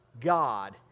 God